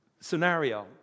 scenario